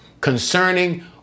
concerning